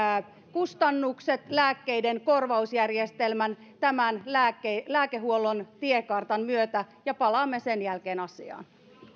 kustannukset lääkkeiden korvausjärjestelmän tämän lääkehuollon tiekartan myötä ja palaamme sen jälkeen asiaan